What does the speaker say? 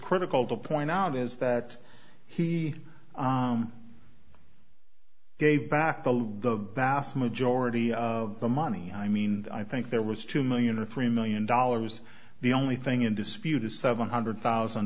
critical to point out is that he gave back the vast majority of the money i mean i think there was two million or three million dollars the only thing in dispute is seven hundred thousand